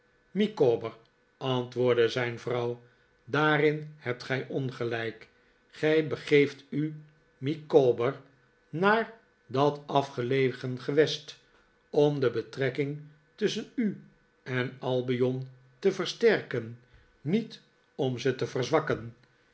micawber antwoordde zijn vrouw daarin hebt gij ongelijk gij begeeft u r micawber naar dat afgelegen gewest om de betrekking tusschen u en albion te versterken niet om ze te verzwakken